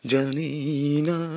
Janina